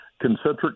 concentric